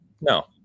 no